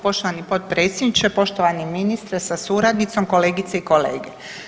Poštovani potpredsjedniče, poštovani ministre sa suradnicom, kolegice i kolege.